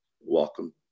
Welcome